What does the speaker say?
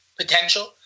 Potential